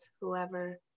whoever